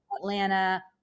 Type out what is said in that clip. atlanta